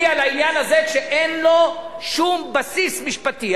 על העניין הזה שאין לו שום בסיס משפטי.